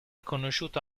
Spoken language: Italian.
conosciuto